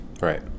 Right